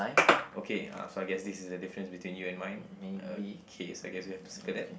okay uh so I guess this is the different between you and mine okay so I guess we have to circle that